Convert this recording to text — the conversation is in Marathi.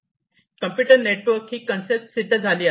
आता कम्प्युटर नेटवर्क ही कन्सेप्ट सिद्ध झाली आहे